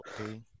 okay